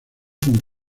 con